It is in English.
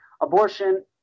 abortion